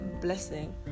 Blessing